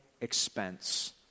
expense